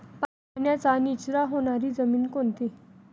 पाण्याचा निचरा होणारी जमीन कोणती?